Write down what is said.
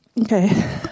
Okay